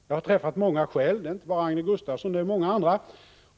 Jag har träffat många själv — det är inte bara Agne Gustafsson utan många andra.